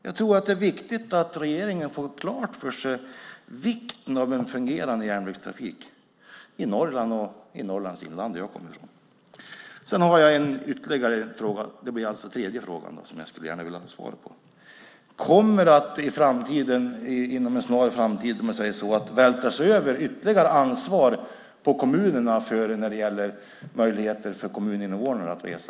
Jag tror att det är betydelsefullt att regeringen får klart för sig vikten av en fungerande järnvägstrafik i Norrland och i Norrlands inland, som jag kommer från. Jag har ytterligare en fråga, en tredje fråga, som jag gärna skulle vilja ha ett svar på: Kommer inom en snar framtid ytterligare ansvar att vältras över på kommunerna när det gäller kommuninvånarnas möjligheter att resa?